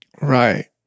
Right